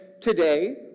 today